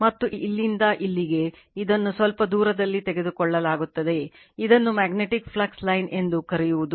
ಮತ್ತು ಇದು ಇಲ್ಲಿಂದ ಇಲ್ಲಿಗೆ ಇದನ್ನು ಸ್ವಲ್ಪ ದೂರದಲ್ಲಿ ತೆಗೆದುಕೊಳ್ಳಲಾಗುತ್ತದೆ ಇದನ್ನು ಮ್ಯಾಗ್ನೆಟಿಕ್ ಫ್ಲಕ್ಸ್ ಲೈನ್ ಎಂದು ಕರೆಯುವುದು